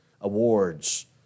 awards